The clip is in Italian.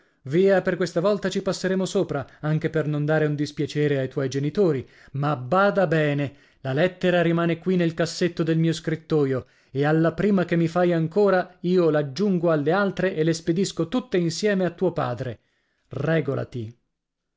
via per questa volta ci passeremo sopra anche per non dare un dispiacere ai tuoi genitori ma bada bene la lettera rimane qui nel cassetto del mio scrittoio e alla prima che mi fai ancora io l'aggiungo alle altre e le spedisco tutte insieme a tuo padre règolati